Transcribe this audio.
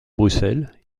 bruxelles